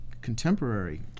contemporary